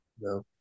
no